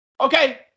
Okay